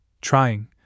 trying